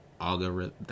algorithm